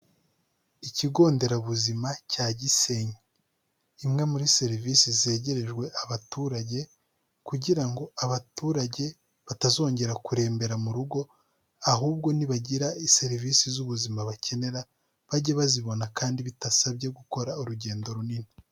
Ikigo nderabuzima cya Gisenyi imwe muri serivisi zegerejwe abaturage, kugira ngo abaturage batazongera kurembera mu rugo ahubwo nibagira serivisi z'ubuzima bakenera bajye bazibona kandi bidasabye gukora urugendo runini.